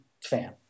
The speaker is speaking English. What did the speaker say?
fan